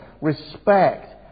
respect